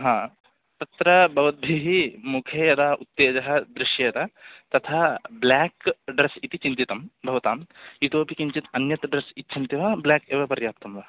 हा तत्र भवद्भिः मुखे यदा उत्तेजः दृश्येत तथा ब्ल्याक् ड्रस् इति चिन्तितं भवताम् इतोपि किञ्चित् अन्यत् ड्रस् इच्छन्ति वा ब्ल्याक् एव पर्याप्तं वा